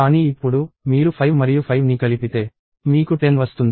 కానీ ఇప్పుడు మీరు 5 మరియు 5 ని కలిపితే మీకు 10 వస్తుంది